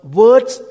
words